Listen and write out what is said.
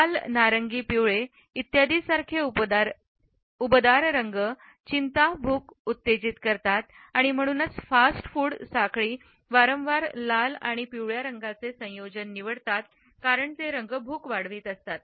लाल नारिंगी पिवळे इत्यादिरासारखे उबदार रंग चिंता भूकउत्तेजित करतात म्हणूनच फास्ट फूड साखळी वारंवार लाल आणि पिवळ्या रंगाचे संयोजन निवडतात कारण हे रंग भूक वाढवतात